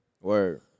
Word